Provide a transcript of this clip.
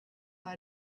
that